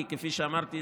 כי כפי שאמרתי,